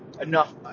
enough